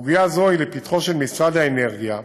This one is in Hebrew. סוגיה זו היא לפתחו של משרד האנרגיה,